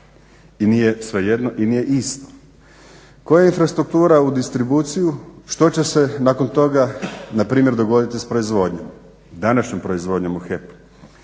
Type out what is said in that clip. i nije svejedno i nije isto. Tko je infrastruktura u distribuciju, što će se nakon toga npr. dogoditi s proizvodnjom, današnjom proizvodnjom u HEP-u.